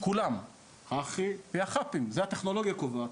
כולן חח"י והח"פים את זה הטכנולוגיה קובעת.